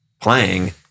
playing